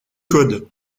code